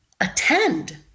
attend